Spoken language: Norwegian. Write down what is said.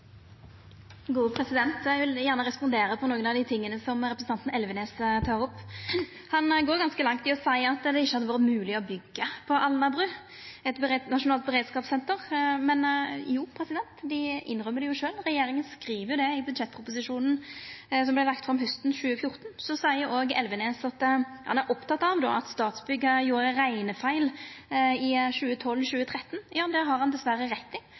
vil gjerne respondera på nokre av dei tinga representanten Elvenes tek opp. Han går ganske langt i å seia at det ikkje hadde vore mogleg å byggja eit nasjonalt beredskapssenter på Alnabru. Men jo – dei innrømmer det jo sjølve – regjeringa skreiv det i budsjettproposisjonen som vart lagd fram hausten 2014. Elvenes er òg oppteken av at Statsbygg gjorde ein reknefeil i 2012–2013. Ja, det har han dessverre rett i.